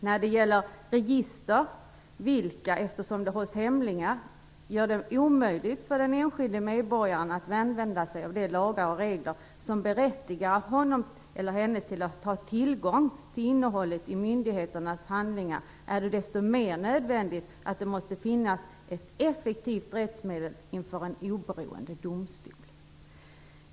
När det gäller register där det på grund av att de hålls hemliga är omöjligt för den enskilde medborgaren att använda sig av de lagar och regler som berättigar honom eller henne till att ha tillgång till innehållet i myndigheternas handlingar är det desto mer nödvändigt att det finns ett effektivt rättsmedel inför en oberoende domstol.